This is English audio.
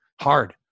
Hard